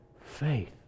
faith